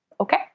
okay